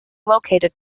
located